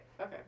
Okay